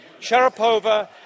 Sharapova